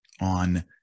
on